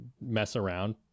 mess-around